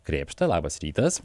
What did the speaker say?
krėpšta labas rytas